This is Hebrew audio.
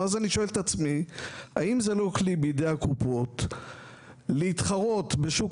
ואז אני שואל את עצמי האם זה לא כלי בידי הקופות להתחרות בשוק